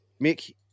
Mick